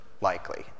likely